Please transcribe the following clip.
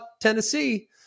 Tennessee